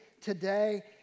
today